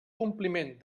compliment